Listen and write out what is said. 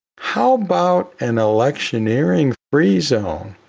how about an electioneering free zone?